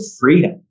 freedom